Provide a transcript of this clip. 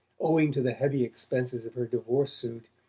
owing to the heavy expenses of her divorce suit,